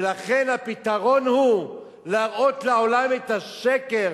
ולכן, הפתרון הוא להראות לעולם את השקר,